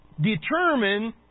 determine